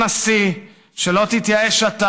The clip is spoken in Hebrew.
שלא יתייאש הנשיא,